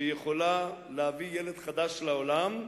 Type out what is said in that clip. שיכולה להביא ילד חדש לעולם,